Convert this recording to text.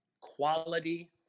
quality